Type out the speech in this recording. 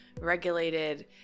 regulated